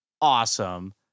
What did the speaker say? Awesome